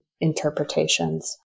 interpretations